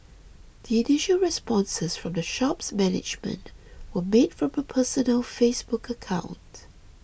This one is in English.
the initial responses from the shop's management were made from a personal Facebook account